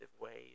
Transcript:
ways